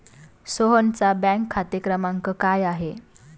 सोहनचा बँक खाते क्रमांक काय आहे?